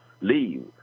leave